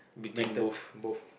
method to both